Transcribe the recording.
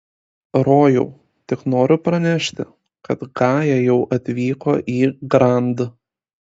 rojau tik noriu pranešti kad gaja jau atvyko į grand